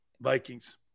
Vikings